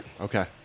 Okay